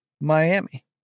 Miami